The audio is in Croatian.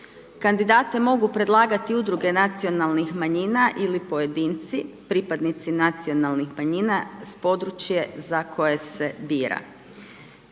Kandidate mogu predlagati udruge nacionalnih manjina ili pojedinci, pripadnici nacionalnih manjina s područja za koje se bira.